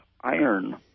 iron